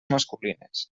masculines